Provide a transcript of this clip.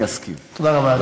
אם יוצע לי להעביר את הדיון,